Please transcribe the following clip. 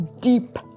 deep